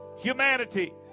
humanity